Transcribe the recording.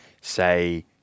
say